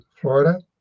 Florida